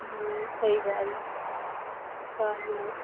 सही ॻाल्हि हा